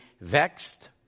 vexed